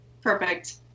Perfect